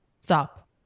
Stop